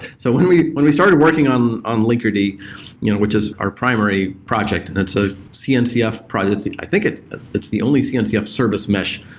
so when we when we started working on on linkerd, you know which is our primary project. and it's a cncf project. i think it's it's the only cncf service mesh,